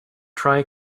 try